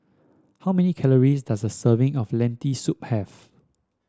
how many calories does a serving of Lentil Soup have